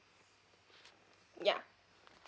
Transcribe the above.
yeah